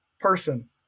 person